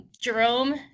Jerome